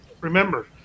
remember